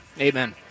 amen